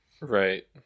right